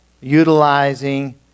utilizing